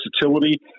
versatility